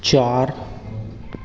चार